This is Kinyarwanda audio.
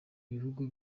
ibihugu